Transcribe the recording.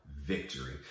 Victory